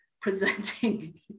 presenting